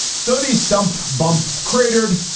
so these stumpf bumph cratered.